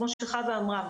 כמו שחוה אמרה,